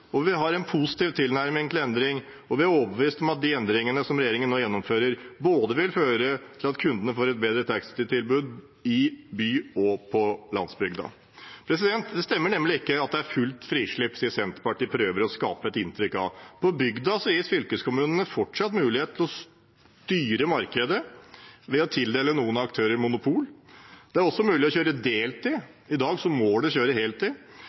og vi har tro på markedet. Vi har en positiv tilnærming til endring, og vi er overbevist om at de endringene som regjeringen nå gjennomfører, vil føre til at kundene får et bedre taxitilbud både i byen og på landsbygda. Det stemmer nemlig ikke at det er fullt frislipp, slik Senterpartiet prøver å skape et inntrykk av. På bygda gis fylkeskommunene fortsatt mulighet til å styre markedet ved å tildele noen aktører monopol. Det er også mulig å kjøre på deltid. I dag må en kjøre på heltid,